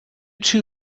two